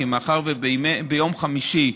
כי מאחר שביום חמישי,